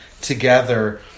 together